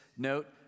Note